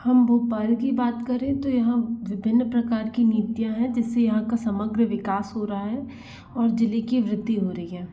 हम भोपाल की बात करें तो यहाँ विभिन्न प्रकार की नीतियाँ है जिससे यहाँ का समग्र विकास हो रहा है और जिले की वृद्धि हो रही है